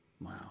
Wow